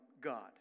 God